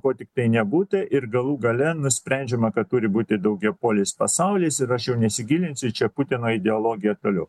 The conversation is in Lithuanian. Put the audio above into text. ko tiktai nebūta ir galų gale nusprendžiama kad turi būti daugiapolis pasaulis ir aš jau nesigilinsiu čia į putino ideologijos toliau